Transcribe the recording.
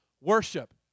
worship